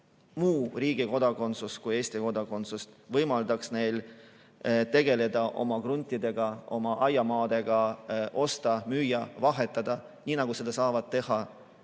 muu riigi kodakondsus kui Eesti kodakondsus, tegeleda oma kruntidega, oma aiamaadega, osta, müüa, vahetada, nii nagu seda saavad teha